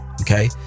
okay